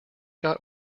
got